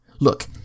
Look